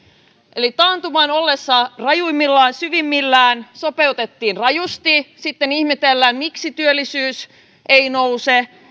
eli taantuman ollessa rajuimmillaan syvimmillään sopeutettiin rajusti sitten ihmetellään miksi työllisyys ei nouse